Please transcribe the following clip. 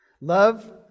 Love